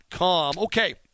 okay